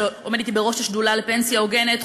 שעומד אתי בראש השדולה לפנסיה הוגנת,